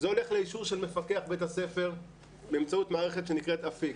זה הולך לאישור מפקח בית הספר באמצעות מערכת שנקראת אפיק.